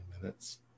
minutes